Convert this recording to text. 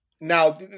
now